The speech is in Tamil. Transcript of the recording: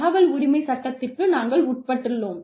தகவல் உரிமை சட்டத்திற்கு நாங்கள் உட்பட்டுள்ளோம்